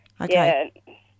Okay